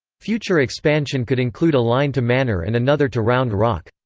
future expansion could include a line to manor and another to round rock.